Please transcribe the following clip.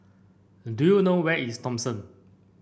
do you know where is Thomson